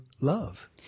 love